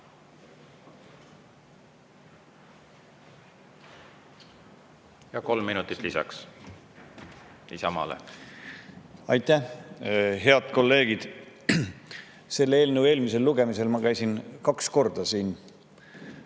Ja kolm minutit lisaks Isamaale. Aitäh! Head kolleegid! Selle eelnõu eelmisel lugemisel ma käisin kaks korda siin